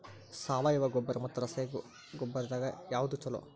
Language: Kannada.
ಸಾವಯವ ಗೊಬ್ಬರ ಮತ್ತ ರಸಗೊಬ್ಬರದಾಗ ಯಾವದು ಛಲೋ?